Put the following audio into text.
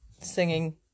singing